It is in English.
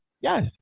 Yes